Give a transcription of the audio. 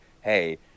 hey